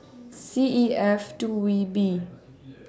C E F two V B